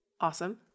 Awesome